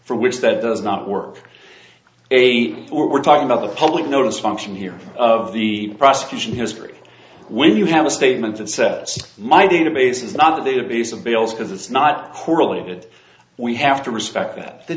for which that does not work eight we're talking about the public notice function here of the prosecution history when you have a statement that said my database is not a database of bills because it's not correlated we have to respect th